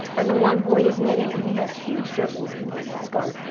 and the one boy is knitting. and he has huge circles in his scarf,